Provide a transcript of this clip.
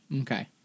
Okay